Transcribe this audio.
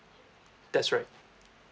that's right